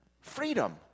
freedom